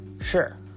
Sure